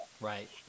Right